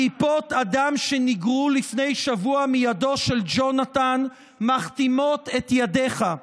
טיפות הדם שניגרו לפני שבוע מידו של ג'ונתן מכתימות את ידיך.